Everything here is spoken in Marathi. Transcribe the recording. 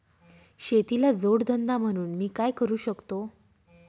शेतीला जोड धंदा म्हणून मी काय करु शकतो?